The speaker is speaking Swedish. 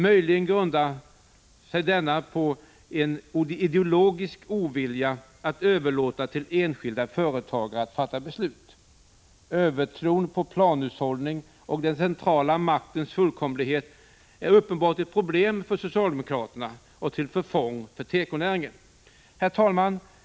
Möjligen grundar den sig på en ideologisk ovilja att överlåta till den enskilde företagaren att fatta beslut. Övertron på planhushållning och den centrala maktens fullkomlighet är uppenbarligen ett problem för socialdemokraterna och till förfång för tekonäringen. Herr talman!